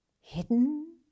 Hidden